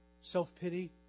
self-pity